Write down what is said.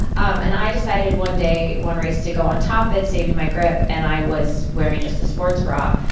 um and, i decided one day, one race, to go on top of it, saving my grip, and i was wearing just a sports bra.